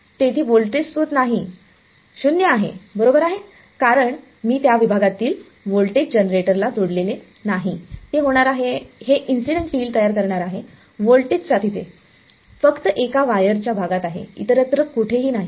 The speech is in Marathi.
तेथे व्होल्टेज स्त्रोत नाही 0 आहे बरोबर आहे कारण मी त्या विभागातील व्होल्टेज जनरेटरला जोडले नाही ते होणार आहे हे इन्सिडेंट फिल्ड तयार करणार आहे व्होल्टेजचा तिथे फक्त एका वायर च्या भागात आहे इतरत्र कुठेही नाही